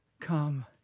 Come